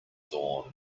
dawn